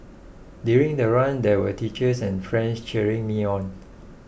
during the run there were teachers and friends cheering me on